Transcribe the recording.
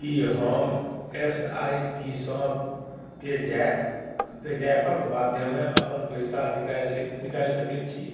की हम S I P सँ पेजैप के माध्यमे अपन पैसा निकालि सकै छी